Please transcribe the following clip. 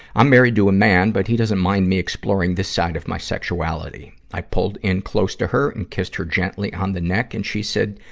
i'm married to a man, but he doesn't mind me exploring this side of my sexuality. i pulled in close to her and kissed her gently on the neck and she said,